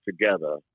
together